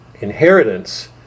inheritance